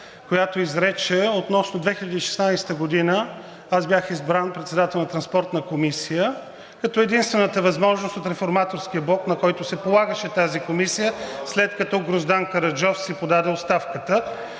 която изрече относно 2016 г. Аз бях избран за председател на Транспортната комисия като единствената възможност от Реформаторския блок, на който се полагаше тази комисия, след като Гроздан Караджов си подаде оставката.